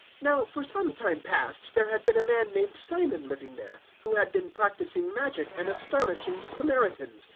now for some time past there had been a man named simon living there, who had been practising magic and astonishing the samaritans,